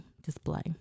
display